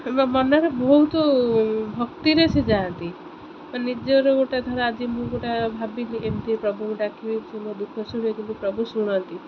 ମନରେ ବହୁତ ଭକ୍ତିରେ ସେ ଯାଆନ୍ତି ନିଜର ଗୋଟିଏ ଧର ଆଜି ମୁଁ ଗୋଟେ ଭାବିଲି ଏମିତି ପ୍ରଭୁକୁ ଡାକିବି ମୋ ଦୁଃଖ ଶୁଣେ କିନ୍ତୁ ପ୍ରଭୁ ଶୁଣନ୍ତି